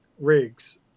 rigs